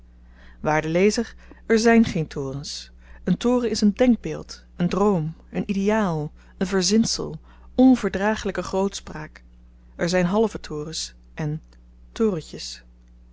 waarde lezer er zyn geen torens een toren is een denkbeeld een droom een ideaal een verzinsel onverdragelyke grootspraak er zyn halve torens en torentjes